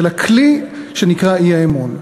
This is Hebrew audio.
של הכלי שנקרא אי-אמון.